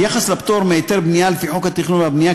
ביחס לפטור מהיתר בנייה לפי חוק התכנון והבנייה,